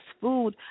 food